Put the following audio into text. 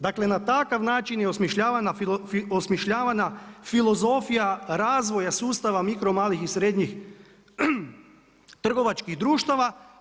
Dakle na takav način je osmišljavana filozofija razvoja sustava mikro, malih i srednjih trgovačkih društava.